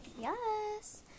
yes